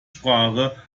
sprache